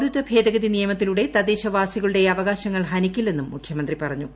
പൌരത്വ ഭേദഗതി നിയമൃത്തിലൂടെ തദ്ദേശവാസികളുടെ അവകാശങ്ങൾ ഹനിക്കില്ലെന്നും മുഖ്യമന്തി ് പറഞ്ഞു